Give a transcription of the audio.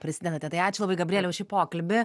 prisidedate tai ačiū labai gabriele už šį pokalbį